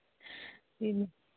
ꯄꯤꯅꯤ